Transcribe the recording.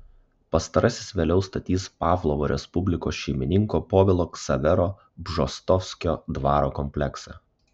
pastarasis vėliau statys pavlovo respublikos šeimininko povilo ksavero bžostovskio dvaro kompleksą